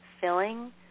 Filling